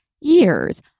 years